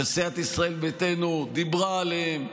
שסיעת ישראל ביתנו דיברה עליהם,